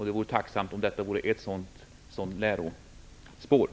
Det vore tacksamt om det här vore ett sådant lärospån.